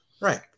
Right